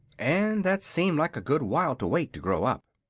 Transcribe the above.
and that seemed like a good while to wait to grow up.